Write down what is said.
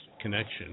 connection